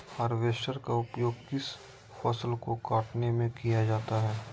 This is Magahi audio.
हार्बेस्टर का उपयोग किस फसल को कटने में किया जाता है?